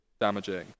damaging